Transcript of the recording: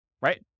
right